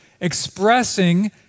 expressing